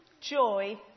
joy